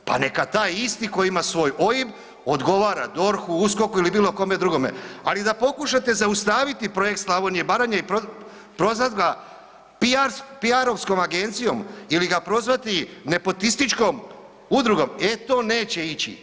Pa neka taj isti koji ima svoj OIB odgovara DORH-u, USKOK-u ili bilo kome drugome, ali da pokušate zaustaviti projekt Slavonije i Baranje i prozvat ga PR agencijom ili ga prozvati nepotističkom udrugom, e to neće ići.